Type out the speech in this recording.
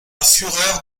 fureur